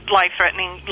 life-threatening